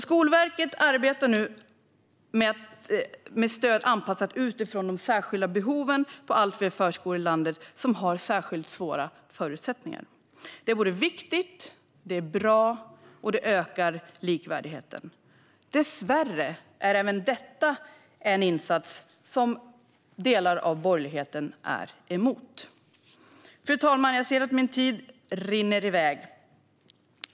Skolverket arbetar nu med stöd anpassat utifrån de särskilda behoven på allt fler förskolor i landet som har särskilt svåra förutsättningar. Det är både viktigt och bra samtidigt som det ökar likvärdigheten. Dessvärre är även detta en insats som delar av borgerligheten är emot. Fru talman! Jag ser att tiden rinner i väg.